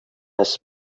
has